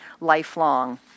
lifelong